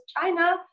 China